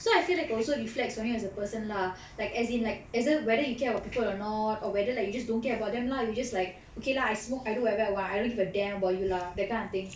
so I feel like it also reflects on you as a person lah like as in like as in whether you care about people or not or whether like you just don't care about them lah you just like okay lah I smoke I do whatever I want I don't give a damn about you lah that kind of thing